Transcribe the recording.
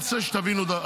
תן לבן אדם להחליט.